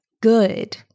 good